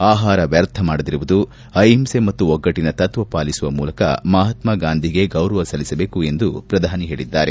ಆಹಾರ ವ್ಲರ್ಥಮಾಡದಿರುವುದು ಅಹಿಂಸೆ ಮತ್ತು ಒಗ್ಗಟ್ಟನ ತತ್ತ ಪಾಲಿಸುವ ಮೂಲಕ ಮಹಾತ್ಮಗಾಂಧಿಗೆ ಗೌರವ ಸಲ್ಲಿಸಬೇಕು ಎಂದು ಪ್ರಧಾನಿ ಹೇಳಿದ್ದಾರೆ